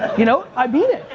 you know i mean it,